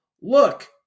look